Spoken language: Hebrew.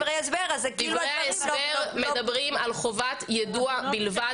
דברי ההסבר מדברים על חובת יידוע בלבד